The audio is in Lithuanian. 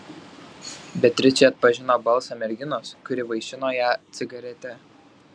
beatričė atpažino balsą merginos kuri vaišino ją cigarete